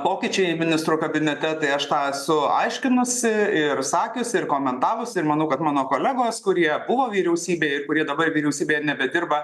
pokyčiai ministrų kabinete tai aš tą esu aiškinusi ir sakiusi ir komentavusi manau kad mano kolegos kurie buvo vyriausybėje ir kurie dabar vyriausybėje nebedirba